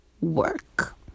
work